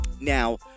Now